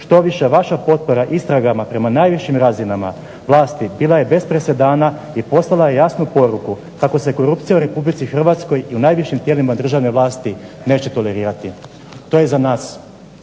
što više vaša potraga istragama prema najvišim razinama vlasti bila je bez presedana i poslala je jasnu poruku kako se korupcija u Republici Hrvatskoj i u najvišim tijelima državne vlasti neće tolerirati, to je za nas